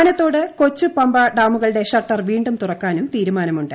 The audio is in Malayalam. ആനത്തോട് കൊച്ചു പമ്പ ഡാമുകളുടെ ഷട്ടർ വീണ്ടും തുറക്കാനും തീരുമാനമുണ്ട്